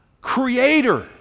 creator